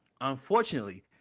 Unfortunately